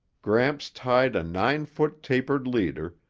gramps tied a nine-foot tapered leader,